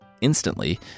instantly